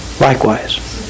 likewise